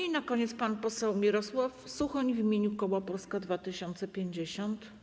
I na koniec pan poseł Mirosław Suchoń w imieniu koła Polska 2050.